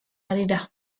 harira